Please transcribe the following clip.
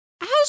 How's